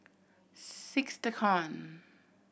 six TEKON